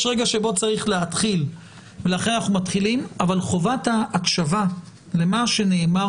יש רגע שבו צריך להתחיל ולכן אנחנו מתחילים אבל חובת ההקשבה למה שנאמר